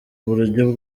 uburyo